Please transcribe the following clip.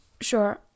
sure